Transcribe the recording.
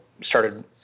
started